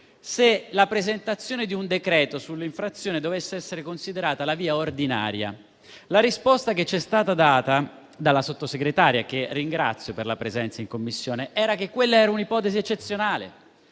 se la presentazione di un decreto sulle infrazioni dovesse essere considerata la via ordinaria? La risposta che ci è stata data dalla Sottosegretaria, che ringrazio per la presenza in Commissione, era che quella era un'ipotesi eccezionale,